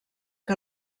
que